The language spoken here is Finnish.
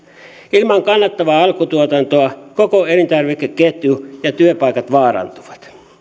ilman kannattavaa alkutuotantoa koko elintarvikeketju ja työpaikat vaarantuvat